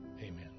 Amen